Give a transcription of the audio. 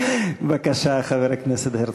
בבקשה, חבר הכנסת הרצוג.